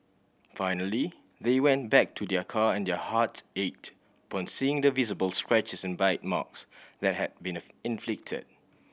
finally they went back to their car and their hearts ached upon seeing the visible scratches and bite marks that had been inflicted